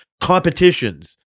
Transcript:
competitions